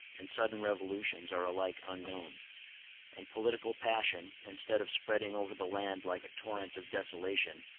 and sudden revolutions are alike unknown and political passion, instead of spreading over the land like a torrent of desolation,